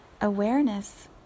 awareness